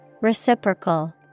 Reciprocal